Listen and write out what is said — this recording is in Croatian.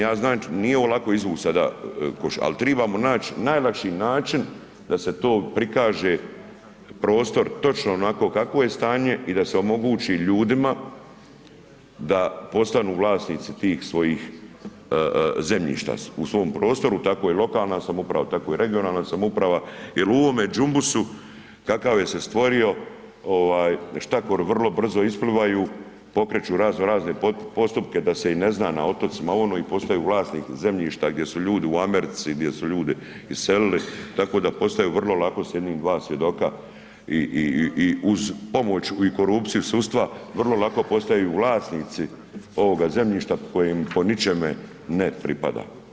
Ja znam nije ovo lako izvući sada, ali tribamo naći najlakši način da se to prikaže prostor točno onako kako je stanje i da se omogući ljudima da postanu vlasnici tih svojih zemljišta u svom prostoru, tako i lokalna samouprava, tako i regionalna samouprava jer u ovome đumbusu kakav je se stvorio ovaj štakori vrlo brzo isplivaju, pokreću razno razne postupke da se i ne zna na otocima i postaju vlasnik zemljišta gdje su ljudi u Americi, gdje su ljudi iselili tako da postaje vrlo lako s jednim, dva svjedoka i uz pomoć i korupciju sudstva vrlo lako postaju vlasnici ovoga zemljišta koje im po ničeme ne pripada.